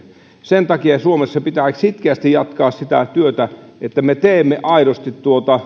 sen takia suomessa pitää sitkeästi jatkaa sitä työtä että me teemme aidosti